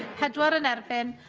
pedwar yn erbyn.